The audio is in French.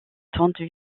tente